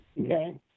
okay